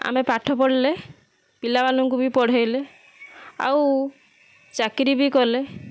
ଆମେ ପାଠ ପଢ଼ିଲେ ପିଲାମାନଙ୍କୁ ବି ପଢ଼େଇଲେ ଆଉ ଚାକିରି ବି କଲେ